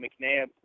McNabb